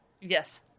Yes